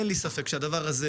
אין לי ספק שהדבר הזה